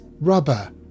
rubber